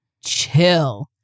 chill